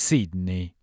Sydney